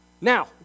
Now